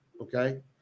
okay